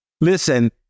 Listen